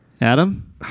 Adam